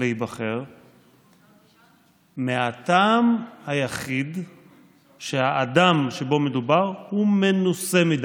להיבחר מהטעם היחיד שהאדם שבו מדובר הוא מנוסה מדי.